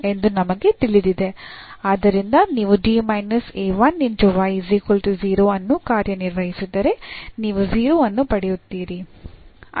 ಆದ್ದರಿಂದ ನೀವು ಅನ್ನು ಕಾರ್ಯನಿರ್ವಹಿಸಿದರೆ ನೀವು 0 ಅನ್ನು ಪಡೆಯುತ್ತೀರಿ